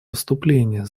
выступление